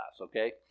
okay